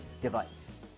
device